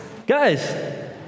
Guys